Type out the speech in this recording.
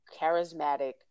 charismatic